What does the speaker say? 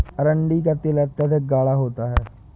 अरंडी का तेल अत्यधिक गाढ़ा होता है